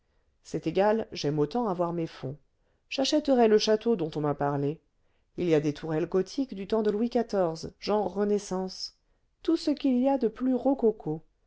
c'est égal j'aime autant avoir mes fonds j'achèterai le château dont on m'a parlé il y a des tourelles gothiques du temps de louis xiv genre renaissance tout ce qu'il y a de plus rococo